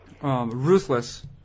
ruthless